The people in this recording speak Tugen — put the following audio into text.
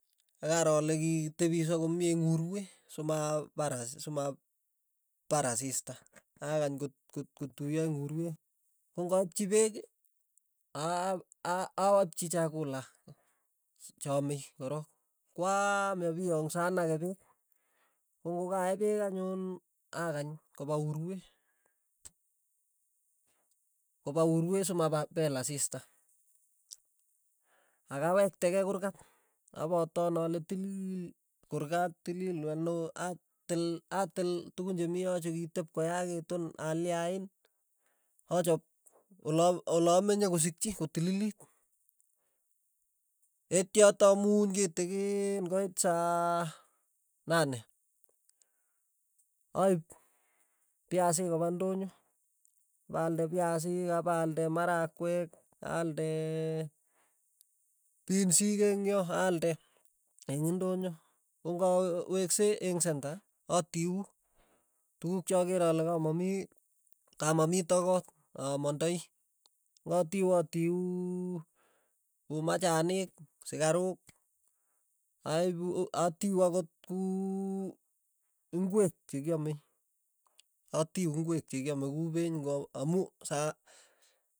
Akaro ale kitepiso komie eng' urwe, simapar simapar asista, akany kot kot kotuyo eng' urwe, kong'aipchi peek a- aa- awakchi chakula cha amei korok, kwaam yapiong'so anake peek, kong'okaee peek anyun akany kopa urwee, kopa urwee simapar peel asista, akawektekei kurkat, akatoon ale tilii kurkat tilii anoo atil atil tukun che mii yo chekitep koyakitun alyain, achop ola olamenye kosikchi kotililit, yetya tamuuch kitikin koit sa nane, aip piasik kopa ndonyo, paalde piasik, apalde marakwek, aalde pinsik eng' yo aaldeeng indonyo, kong'awe wekse eng senta atiun tukuk chakere ale ka mamii, kamamito koot, amandai patiu atiuu, ku machanik. sikaruk, aipu atiu akot ku ku ingwek che kiame, atiu ingwek chekiame ku peeny ng'o amu sa.